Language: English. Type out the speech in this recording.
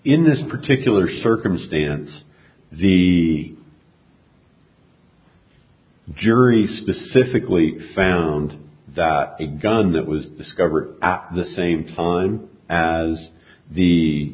in this particular circumstance the jury specifically found that the gun that was discovered at the same time as the